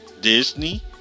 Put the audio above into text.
Disney